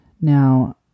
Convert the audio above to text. Now